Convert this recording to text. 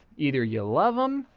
either you love them,